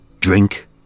Drink